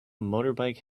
motorbike